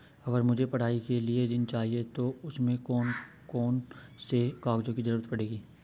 अगर मुझे पढ़ाई के लिए ऋण चाहिए तो उसमें कौन कौन से कागजों की जरूरत पड़ेगी?